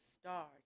stars